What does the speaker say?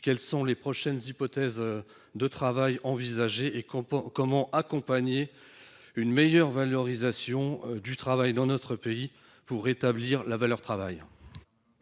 Quelles sont vos hypothèses de travail ? Comment accompagner une meilleure valorisation du travail dans notre pays et rétablir la valeur travail